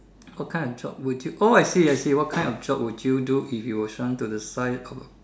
what kind of job would you oh I see I see what kind of job would you do if you were shrunk to the size of